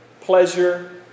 pleasure